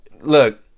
Look